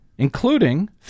including